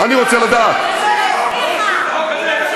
מילא מרצ וגם,